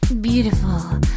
Beautiful